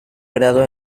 grado